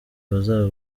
bazaba